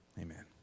Amen